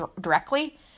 directly